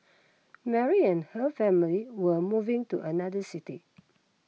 Mary and her family were moving to another city